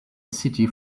city